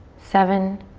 seven,